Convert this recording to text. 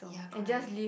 ya correct